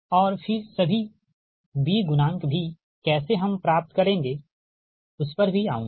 और फिर सभी B गुणांक भी कैसे हम प्राप्त करेंगे उस पर भी आऊँगा